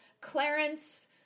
Clarence